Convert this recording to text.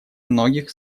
многих